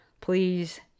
Please